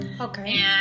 Okay